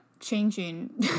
Changing